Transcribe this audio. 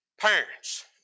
Parents